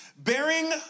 Bearing